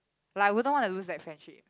like I wouldn't want to lose that friendship